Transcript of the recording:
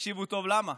ותקשיבו טוב למה,